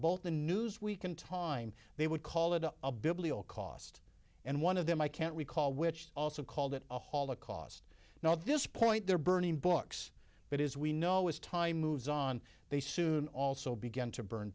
both the newsweek and time they would call it a a biblio cost and one of them i can't recall which also called it a holocaust now this point they're burning books but as we know as time moves on they soon also began to burn